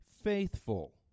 faithful